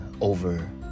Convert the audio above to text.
over